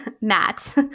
Matt